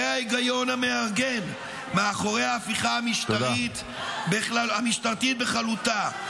זה ההיגיון המארגן מאחורי ההפיכה המשטרתית בכללותה,